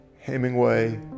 Hemingway